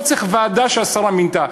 לא צריך ועדה שהשרה מינתה,